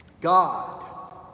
God